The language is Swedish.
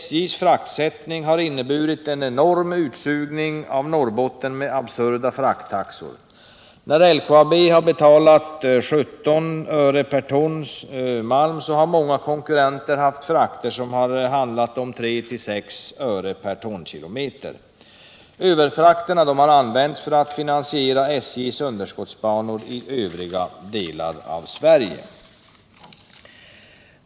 SJ:s fraktsättning har inneburit en enorm utsugning av Norrbotten med absurda frakttaxor. När LKAB betalat 17 öre per ton malm har många konkurrenter haft fraktkostnader som handlat om 3-6 öre per tonkilometer. Överfrakterna har använts till att finansiera underskottsbanor i övriga delar av Sverige.